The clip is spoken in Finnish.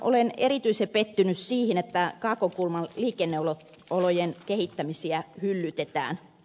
olen erityisen pettynyt siihen että kaakonkulman liikenneolojen kehittämisiä hyllytetään